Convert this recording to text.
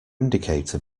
indicator